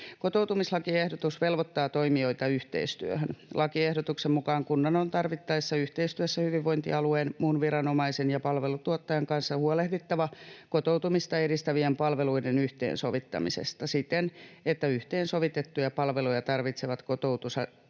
Kotoutumislakiehdotus velvoittaa toimijoita yhteistyöhön. Lakiehdotuksen mukaan kunnan on tarvittaessa yhteistyössä hyvinvointialueen, muun viranomaisen ja palveluntuottajan kanssa huolehdittava kotoutumista edistävien palveluiden yhteensovittamisesta siten, että yhteensovitettuja palveluja tarvitsevat kotoutuja-asiakkaat,